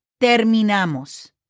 Terminamos